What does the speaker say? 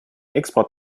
export